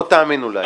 אתה לא תאמין אולי.